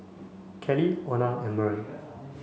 Kelly Ona and Merl